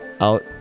out